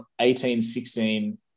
18-16